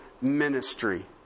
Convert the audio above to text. ministry